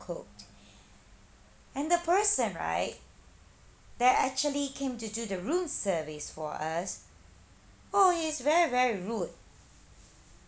cooked and the person right that actually came to do the room service for us oh he's very very rude